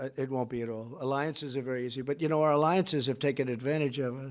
it won't be at all. alliances are very easy. but, you know, our alliances have taken advantage of us.